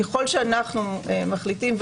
ככל שאנו מחליטים,